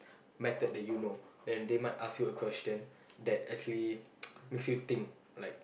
method that you know then they might ask you a question that actually makes you think like